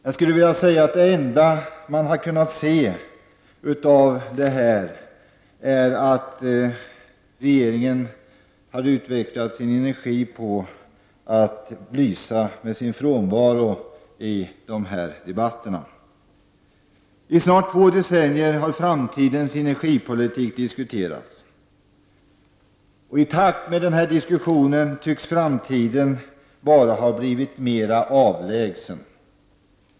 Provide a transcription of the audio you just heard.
Jag skulle vilja säga att det enda man har kunnat se är att regeringen har utvecklat energi på att lysa med sin frånvaro i debatterna. I snart två decennier har framtidens energipolitik diskuterats och i takt med den diskussionen tycks framtiden bara ha blivit mera avlägsen.